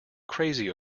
crazy